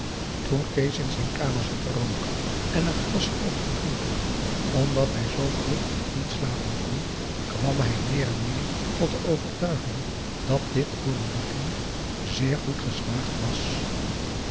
toen kees in zijn kamer zat te rooken en een glas grog te drinken omdat hij zoo vroeg toch niet slapen kon kwam hij meer en meer tot de overtuiging dat dit voor een begin zeer goed geslaagd was